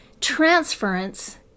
transference